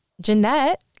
Jeanette